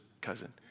cousin